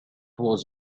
was